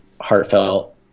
heartfelt